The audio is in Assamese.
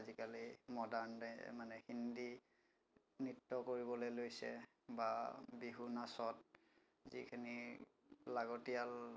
আজিকালি মৰ্ডাণ ডে মানে হিন্দী নৃত্য কৰিবলৈ লৈছে বা বিহু নাচত যিখিনি লাগতীয়াল